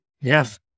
Yes